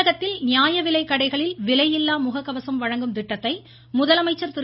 தமிழகத்தில் நியாய விலைக்கடைகளில் விலையில்லா முக கவசம் வழங்கும் திட்டத்தை முதலமைச்சர் திரு